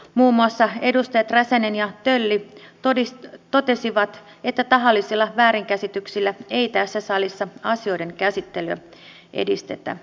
muun muassa edustajat räsänen ja tölli totesivat että tahallisilla väärinkäsityksillä ei tässä salissa asioiden käsittelyä edistetä